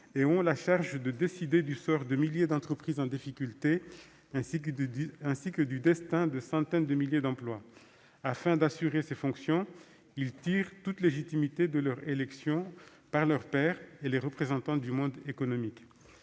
ces juges doivent décider du sort de milliers d'entreprises en difficulté ainsi que du destin de centaines de milliers d'emplois. Pour exercer ces fonctions, ils tirent toute légitimité de leur élection par leurs pairs et par les représentants du monde économique.